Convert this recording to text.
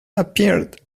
appeared